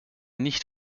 nicht